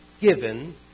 given